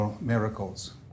miracles